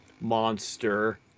monster